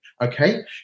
okay